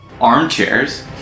armchairs